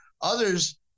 Others